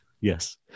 Yes